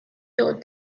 具有